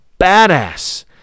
badass